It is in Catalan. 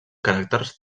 caràcters